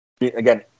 again